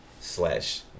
slash